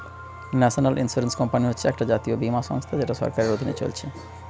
national insurance company হচ্ছে একটা জাতীয় বীমা সংস্থা যেটা সরকারের অধীনে চলছে